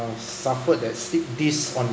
ah suffered that slipped disc on